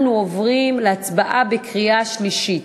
אנחנו עוברים להצבעה בקריאה שלישית.